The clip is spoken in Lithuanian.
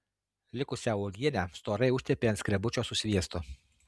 likusią uogienę storai užtepė ant skrebučio su sviestu